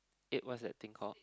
eight what's that thing called